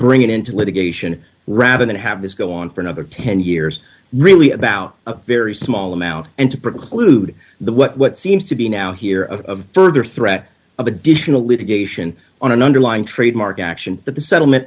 bring it into litigation rather than have this go on for another ten years really about a very small amount and to preclude the what seems to be now here of further threat of additional litigation on an underlying trademark action that the settlement